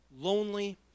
lonely